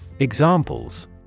Examples